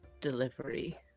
delivery